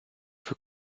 für